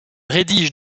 rédige